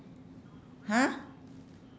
!huh!